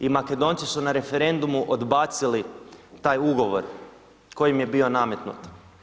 I Makedonci su na referendumu odbacili taj ugovor koji im je bio nametnut.